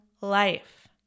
life